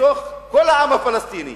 מתוך כל העם הפלסטיני,